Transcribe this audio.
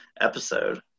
episode